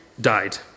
died